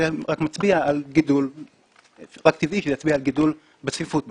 זה רק טבעי שזה יצביע על גידול בצפיפות בכביש.